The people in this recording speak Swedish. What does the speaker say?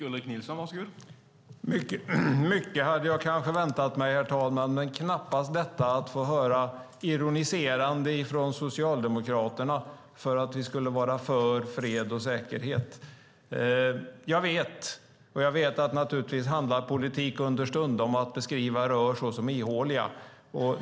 Herr talman! Mycket hade jag kanske väntat mig, men knappast att få höra ironiserande från Socialdemokraterna för att vi skulle vara för fred och säkerhet. Jag vet att politik understundom handlar om att beskriva rör som ihåliga.